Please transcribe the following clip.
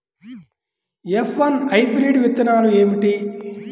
F one hybrid విత్తనాలు ఏమిటి?